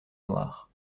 noirs